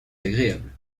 agréable